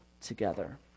together